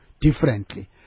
differently